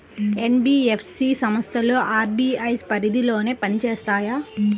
NBFC సంస్థలు RBI పరిధిలోనే పని చేస్తాయా?